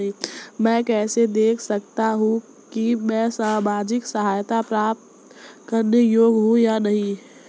मैं कैसे देख सकता हूं कि मैं सामाजिक सहायता प्राप्त करने योग्य हूं या नहीं?